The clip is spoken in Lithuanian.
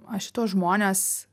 aš į tuos žmones